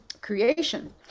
creation